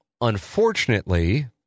unfortunately